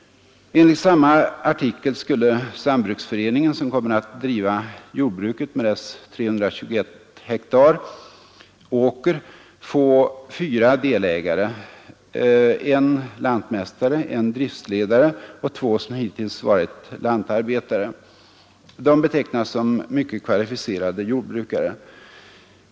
Enligt samma artikel skulle sambruksföreningen, som kommer att driva jordbruket med dess 321 hektar åker, få fyra delägare: en lantmästare, en driftsledare och två som hittills varit lantarbetare. De betecknas som ”mycket kvalificerade jordbrukare”.